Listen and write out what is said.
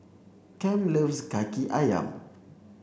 Kem loves Kaki Ayam